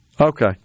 Okay